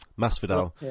Masvidal